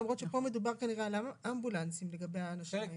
למרות שפה מדובר כנראה על אמבולנסים לגבי האנשים האלה.